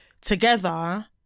together